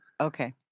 Okay